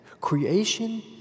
creation